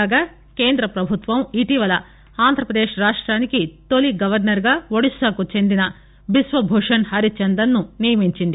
కాగా కేంద్ర పభుత్వం ఇటీవల ఆంధ్రపదేశ్ రాష్ట్రినికి తొలి గవర్నర్గా ఒడిశాకు చెందిన బిశ్వ భూషణ్ హరిచందన్ను నియమించింది